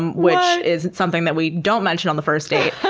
and which is something that we don't mention on the first date.